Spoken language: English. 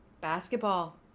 Basketball